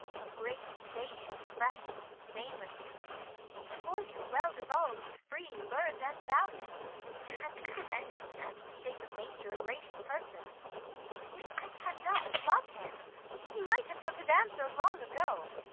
of great estate, of fresh and stainless youth in voices well divulg'd, free, learn'd, and valiant and, in dimension and the shape of nature, a gracious person but yet i cannot love him he might have took his answer long ago.